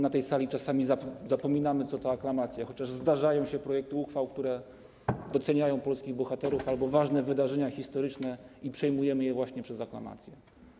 Na tej sali czasami zapominamy, co to aklamacja, chociaż zdarzają się projekty uchwał, które doceniają polskich bohaterów albo ważne wydarzenia historyczne i przyjmujemy je właśnie przez aklamację.